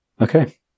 Okay